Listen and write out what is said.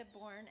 born